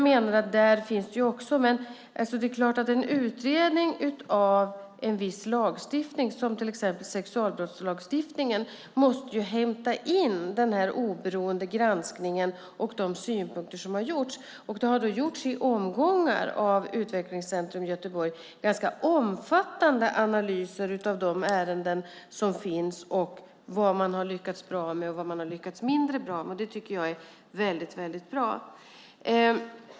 Det är klart att en utredning av en viss lagstiftning, till exempel sexualbrottslagstiftningen, måste hämta in synpunkter från den oberoende granskningen som har gjorts. Utvecklingscentrum i Göteborg har i omgångar gjort ganska omfattande analyser av vilka ärenden man har lyckats bra eller mindre bra med. Det tycker jag är väldigt bra.